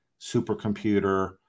supercomputer